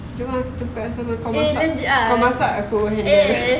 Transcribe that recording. jom ah kita buka sama-sama kau masak aku